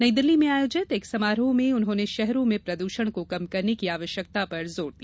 नई दिल्ली में आयोजित एक समारोह में उन्होंने शहरों में प्रद्रषण को कम करने की आवश्यकता पर जोर दिया